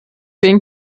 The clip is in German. bin